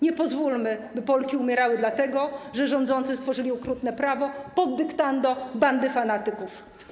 Nie pozwólmy, by Polki umierały dlatego, że rządzący stworzyli okrutne prawo pod dyktando bandy fanatyków.